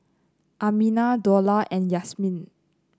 Aminah Dollah and Yasmin